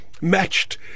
matched